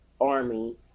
Army